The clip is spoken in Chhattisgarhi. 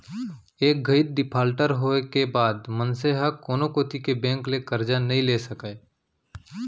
एक घइत डिफाल्टर होए के बाद मनसे ह कोनो कोती के बेंक ले करजा नइ ले सकय